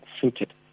suited